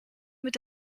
mit